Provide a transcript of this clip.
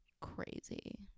crazy